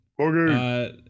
okay